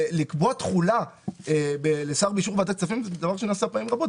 לקבוע תחולה לשר באישור ועדת כספים זה דבר שנעשה פעמים רבות.